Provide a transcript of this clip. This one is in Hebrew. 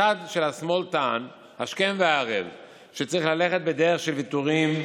הצד של השמאל טען השכם והערב שצריך ללכת בדרך של ויתורים,